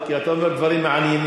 כי אתה אומר דברים מעניינים.